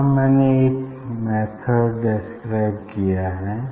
यहाँ मैंने यह मेथड डेस्क्राइब किया है